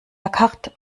carte